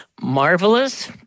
marvelous